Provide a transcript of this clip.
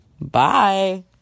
Bye